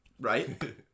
right